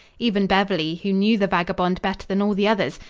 even beverly, who knew the vagabond better than all the others,